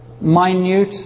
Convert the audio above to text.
minute